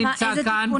מי נמצא כאן מבנק ישראל?